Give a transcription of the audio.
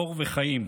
אור וחיים.